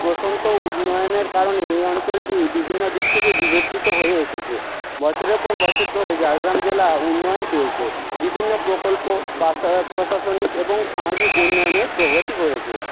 প্রশন্ত উন্নয়নের কারণেই এই অঞ্চলটি বিভিন্ন দিক থেকে বিবর্তিত হয়ে এসেছে বছরের পর বছর ধরে ঝাড়গ্রাম জেলা উন্নয়ন পেয়েছে বিভিন্ন প্রকল্প পাশা প্রশাসনিক এবং সামাজিক উন্নয়নের প্রগতি করেছে